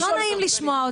זה לא נעים לשמוע אותן.